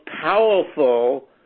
powerful